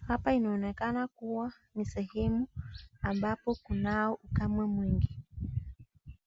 Hapa inaonekana kuwa ni sehemu ambapo kunao ukame mwingi .